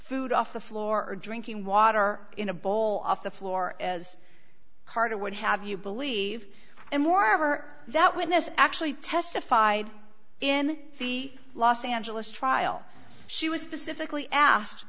food off the floor or drinking water in a bowl off the floor as carter would have you believe and moreover that witness actually testified in the los angeles trial she was specifically asked